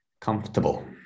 comfortable